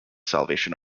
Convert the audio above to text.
salvation